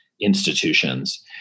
institutions